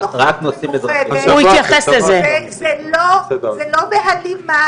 זה לא בהלימה,